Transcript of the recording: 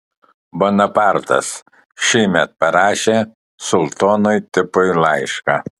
bonapartas šįmet parašė sultonui tipui laišką